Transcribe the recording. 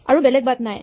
আৰু বেলেগ বাট নাই